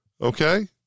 Okay